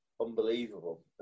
unbelievable